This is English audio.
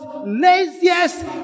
laziest